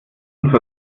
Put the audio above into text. und